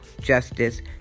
justice